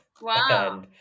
Wow